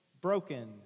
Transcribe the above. broken